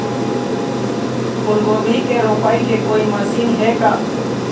फूलगोभी के रोपाई के कोई मशीन हे का?